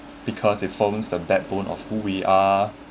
because it forms the backbone of who we are